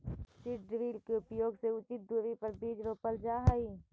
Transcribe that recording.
seed drill के उपयोग से उचित दूरी पर बीज रोपल जा हई